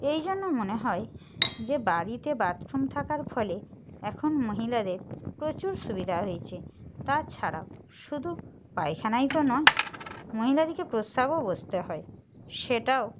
এই জন্য মনে হয় যে বাড়িতে বাথরুম থাকার ফলে এখন মহিলাদের প্রচুর সুবিধা হয়েচে তাছাড়া শুধু পায়খানায় তো নয় মহিলাদিকে প্রসাবও বসতে হয় সেটাও